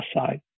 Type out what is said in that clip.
side